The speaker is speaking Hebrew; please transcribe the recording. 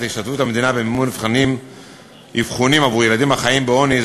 השתתפות המדינה במימון אבחונים עבור ילדים החיים בעוני,